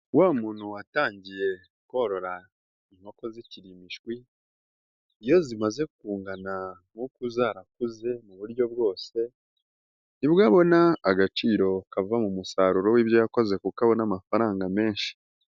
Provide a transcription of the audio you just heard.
Wa muntu watangiye korora inkoko zikiri imishwi, iyo zimaze kungana nk'uku zarakuze mu buryo bwose nibwo abona agaciro kava mu musaruro w'ibyo yakoze kuko abona amafaranga menshi.